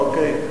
אוקיי.